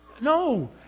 no